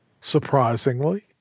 surprisingly